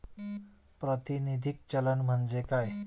प्रातिनिधिक चलन म्हणजे काय?